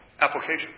application